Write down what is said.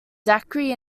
zachary